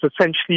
essentially